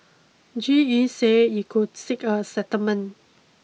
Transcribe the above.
G E say it could seek a settlement